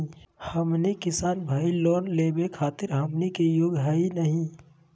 हमनी किसान भईल, लोन लेवे खातीर हमनी के योग्य हई नहीं?